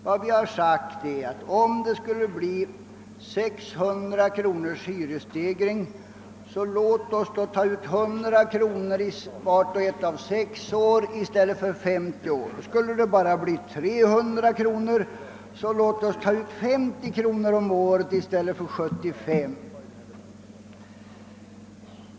Vad vi har sagt är, att om det blir 600 kronors hyresstegring, så låt oss ta ut 100 kronor i stället för 150 under vart och ett av sex år, och blir hyresstegringen bara 300 kronor så låt oss ta ut 50 kronor om året i stället för 75.